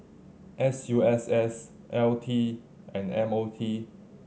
S U S S L T and M O T